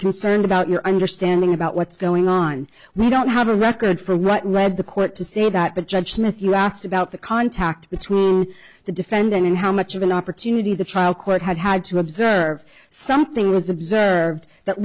concerned about your understanding about what's going on we don't have a record for what led the court to say that but judge smith you asked about the contact between the defendant and how much of an opportunity the trial court had had to observe something was observed that